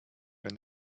your